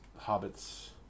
hobbits